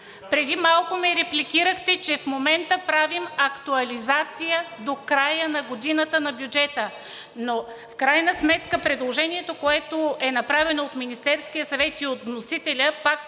Преди малко ме репликирахте, че в момента правим актуализация до края на годината на бюджета. Но в крайна сметка предложението, което е направено от Министерския съвет и от вносителя, пак